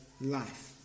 life